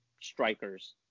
strikers